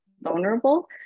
vulnerable